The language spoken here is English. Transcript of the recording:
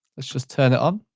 let's just turn it on.